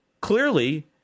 clearly